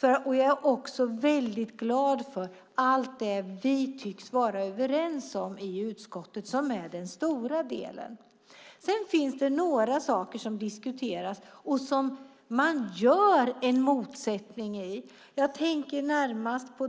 Jag är också väldigt glad för allt det vi tycks vara överens om i utskottet, och det är den stora delen. Sedan finns det några saker som diskuteras och som man gör en motsättning av. Jag tänker närmast på